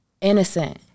innocent